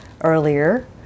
earlier